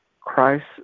Christ